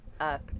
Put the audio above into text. up